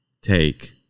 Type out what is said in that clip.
take